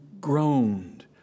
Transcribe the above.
groaned